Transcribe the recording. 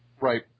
Right